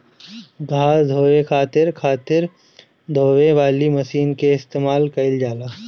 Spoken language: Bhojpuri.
घास ढोवे खातिर खातिर ढोवे वाली मशीन के इस्तेमाल कइल जाला